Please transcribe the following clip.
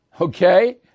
okay